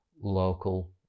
local